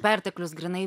perteklius grynai